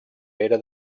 pere